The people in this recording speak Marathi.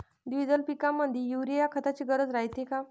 द्विदल पिकामंदी युरीया या खताची गरज रायते का?